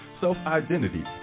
self-identity